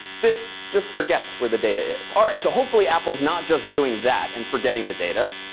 this just forgets where the data is. all right, so hopefully apple's not just doing that and forgetting the data.